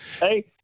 Hey